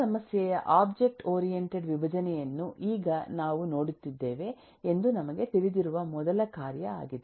ಈ ಸಮಸ್ಯೆಯ object oriented ವಿಭಜನೆಯನ್ನು ಈಗ ನಾವು ನೋಡುತ್ತಿದ್ದೇವೆ ಎಂದು ನಮಗೆ ತಿಳಿದಿರುವ ಮೊದಲ ಕಾರ್ಯ ಆಗಿದೆ